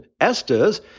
Estes